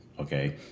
okay